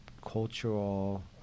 cultural